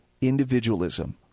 individualism